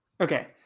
Okay